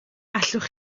allwch